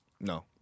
No